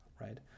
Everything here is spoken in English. Right